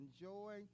enjoy